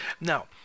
Now